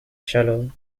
shallow